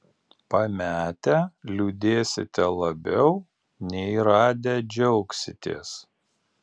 pametę liūdėsite labiau nei radę džiaugsitės